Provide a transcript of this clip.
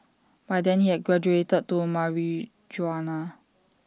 by then he had graduated to marijuana